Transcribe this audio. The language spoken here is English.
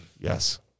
Yes